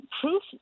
proof